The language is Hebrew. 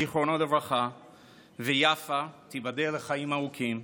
זיכרונו לברכה, ויפה, תיבדל לחיים ארוכים,